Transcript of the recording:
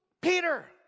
Peter